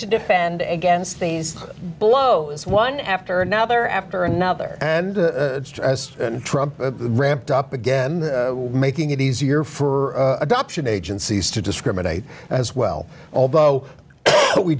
to defend against these blow is one after another after another and a trump ramped up again making it easier for adoption agencies to discriminate as well although we